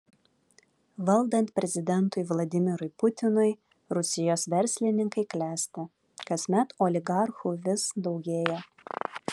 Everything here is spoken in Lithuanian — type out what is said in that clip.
valdant prezidentui vladimirui putinui rusijos verslininkai klesti kasmet oligarchų vis daugėja